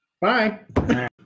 Bye